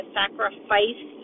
sacrifice